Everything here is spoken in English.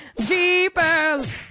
Jeepers